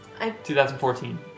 2014